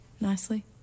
nicely